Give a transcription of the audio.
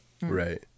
Right